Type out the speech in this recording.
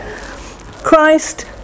Christ